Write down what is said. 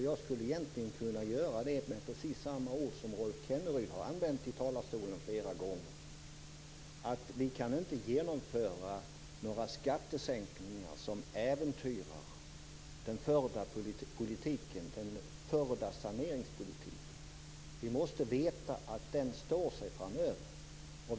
Jag skulle egentligen kunna göra det med precis samma ord som Rolf Kenneryd har använt i talarstolen flera gånger, nämligen att vi inte kan genomföra några skattesänkningar som äventyrar den förda saneringspolitiken. Vi måste veta att den står sig framöver.